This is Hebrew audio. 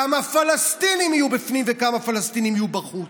כמה פלסטינים יהיו בפנים וכמה פלסטינים יהיו בחוץ?